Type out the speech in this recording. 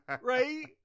Right